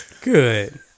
Good